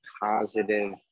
positive